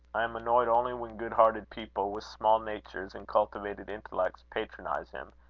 i am annoyed only when good-hearted people, with small natures and cultivated intellects, patronise him,